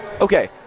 Okay